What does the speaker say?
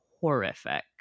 horrific